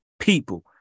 people